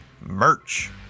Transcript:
merch